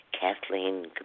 Kathleen